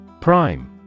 Prime